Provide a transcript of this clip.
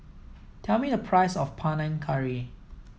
tell me the price of Panang Curry